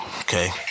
Okay